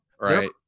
Right